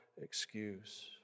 excuse